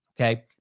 okay